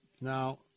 Now